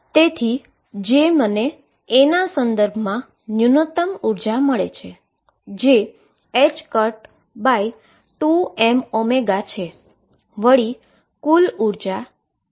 તેથી જે મને a ના સંદર્ભમાં મીનીમાઈઝીંગ એનર્જી મળે છે